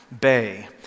bay